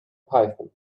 python